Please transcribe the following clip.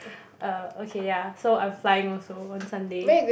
uh ya so I'm fine